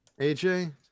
AJ